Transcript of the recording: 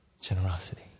generosity